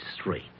straight